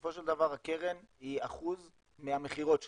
בסופו של דבר הקרן היא אחוז מהמכירות שלנו,